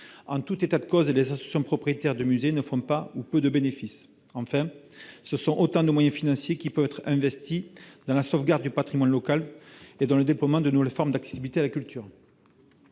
d'intérêt général. Les associations propriétaires de musées ne font pas ou font peu de bénéfices. Ce sont donc autant de moyens financiers qui ne peuvent pas être investis dans la sauvegarde du patrimoine local ou dans le déploiement de nouvelles formes d'accessibilité à la culture.